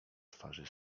twarzy